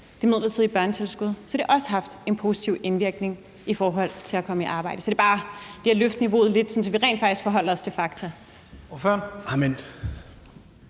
det midlertidige børnetilskud, har det også haft en positiv indvirkning i forhold til at komme i arbejde. Så det er bare for at løfte niveauet lidt, sådan at vi rent faktisk forholder os til fakta.